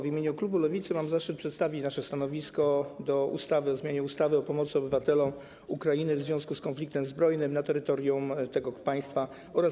W imieniu klubu Lewicy mam zaszczyt przedstawić nasze stanowisko wobec ustawy o zmianie ustawy o pomocy obywatelom Ukrainy w związku z konfliktem zbrojnym na terytorium tego państwa oraz